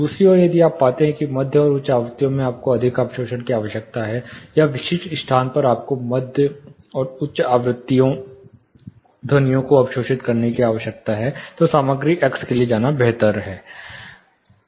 दूसरी ओर यदि आप पाते हैं कि मध्य और उच्च आवृत्ति में आपको अधिक अवशोषण की आवश्यकता होती है या विशिष्ट स्थान पर आपको मध्य और उच्च आवृत्ति ध्वनियों को अवशोषित करने की आवश्यकता होती है तो सामग्री x के लिए बेहतर जाना चाहिए